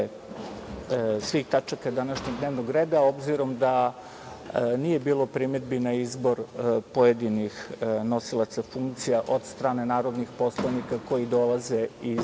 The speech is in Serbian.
svih tačaka današnjeg dnevnog reda obzirom da nije bilo primedbi na izbor pojedinih nosilaca funkcija od strane narodnih poslanika koji dolaze iz